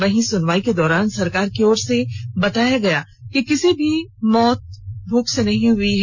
वहीं सुनवाई के दौरान सरकार की ओर से बताया गया कि किसी की मौत भुख से नहीं हई थी